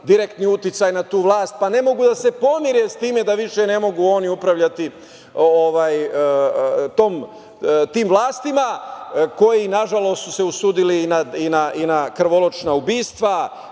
direktni uticaj na tu vlast pa ne mogu da se pomire sa time da više ne mogu oni upravljati tim vlastima koji su se, nažalost, usudili i na krvoločna ubistva.